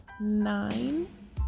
nine